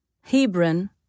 Hebron